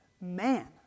man